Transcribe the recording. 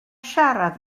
siarad